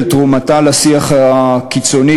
על תרומתה לשיח הקיצוני,